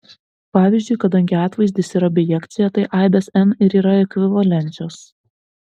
pavyzdžiui kadangi atvaizdis yra bijekcija tai aibės n ir yra ekvivalenčios